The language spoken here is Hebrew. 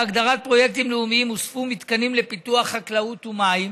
בהגדרת פרויקטים לאומיים הוספו מתקנים לפיתוח חקלאות ומים.